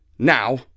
Now